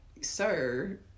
sir